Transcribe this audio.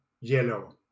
yellow